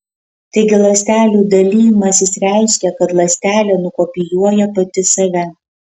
taigi ląstelių dalijimasis reiškia kad ląstelė nukopijuoja pati save